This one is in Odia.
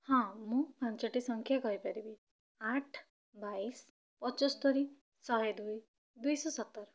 ହଁ ମୁଁ ପାଞ୍ଚଟି ସଂଖ୍ୟା କହିପାରିବି ଆଠ ବାଇଶ ପଞ୍ଚସ୍ତରି ଶହେଦୁଇ ଦୁଇଶହ ସତର